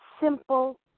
simple